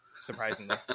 surprisingly